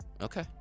Okay